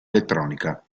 elettronica